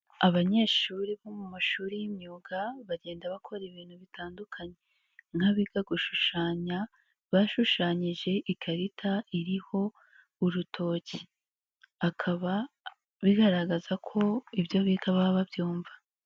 Abanyeshuri bo mu mashuri y'imyuga, bagenda bakora ibintu bitandukanye, nk'abiga gushushanya bashushanyije ikarita iriho urutoki, akaba bigaragaza ko ibyo biga baba babyumva.